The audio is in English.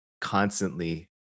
constantly